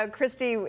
Christy